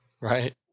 Right